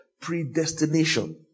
Predestination